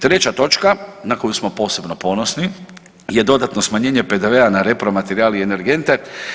Treća točka, na koju smo posebno ponosni je dodatno smanjenje PDV-a na repromaterijal i energente.